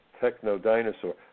techno-dinosaur